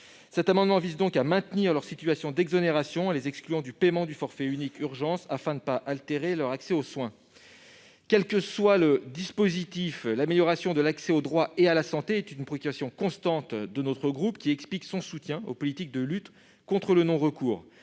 Cet amendement vise donc à maintenir leurs situations d'exonération en les excluant du paiement du forfait unique urgences, afin de ne pas altérer leurs accès aux soins. Quel que soit le dispositif, l'amélioration de l'accès aux droits et à la santé est une préoccupation constante du groupe écologiste, ce qui explique son soutien aux politiques de lutte contre le non-recours.